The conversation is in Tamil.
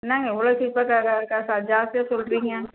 என்னங்க இவ்வளோ சீப்பாக இருக்கறதை ஜாஸ்தியாக சொல்லுறிங்க